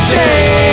day